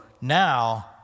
now